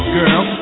girl